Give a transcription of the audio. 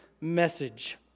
message